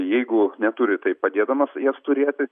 jeigu neturi tai padėdamas jas turėti